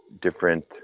different